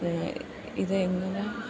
ഇത് എങ്ങനാ